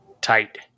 tight